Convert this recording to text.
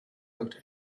out